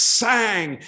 sang